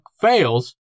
fails